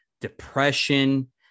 depression